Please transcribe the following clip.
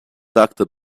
doctor